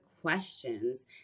questions